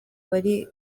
bari